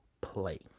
play